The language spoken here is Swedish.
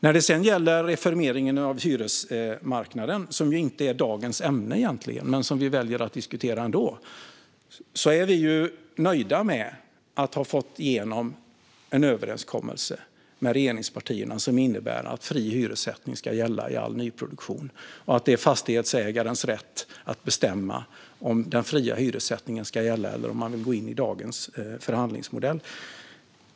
När det gäller reformeringen av hyresmarknaden, som egentligen inte är dagens ämne men som vi väljer att diskutera ändå, är vi nöjda med att ha fått igenom en överenskommelse med regeringspartierna som innebär att fri hyressättning ska gälla i all nyproduktion och att det är fastighetsägarens rätt att bestämma om den fria hyressättningen ska gälla eller om man vill gå in i dagens förhandlingsmodell.